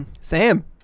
Sam